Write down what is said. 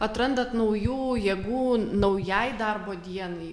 atrandat naujų jėgų naujai darbo dienai